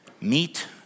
Meet